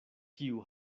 kiu